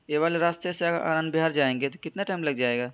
یہ والے راستے سے اگر آنند وہار جائیں گے تو کتنا ٹائم لگ جائے گا